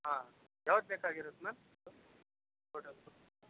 ಹಾಂ ಯಾವತ್ತು ಬೇಕಾಗಿರೋದು ಮ್ಯಾಮ್ ಅದು ಕೋಡೋದು